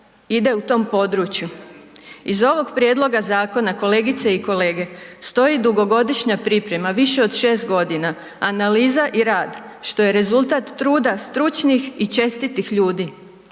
ide u tom području? Iz ovog prijedloga zakona, kolegice i kolege, stoji dugogodišnja priprema, više od 6 godina, analiza i rad što je rezultat truda stručnih i čestitih ljudi